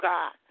God